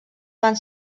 van